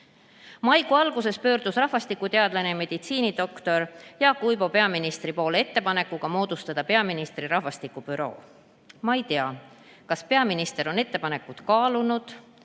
Maikuu alguses pöördus rahvastikuteadlane ja meditsiinidoktor Jaak Uibu peaministri poole ettepanekuga moodustada peaministri rahvastikubüroo. Ma ei tea, kas peaminister on ettepanekut kaalunud